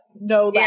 no